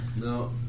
No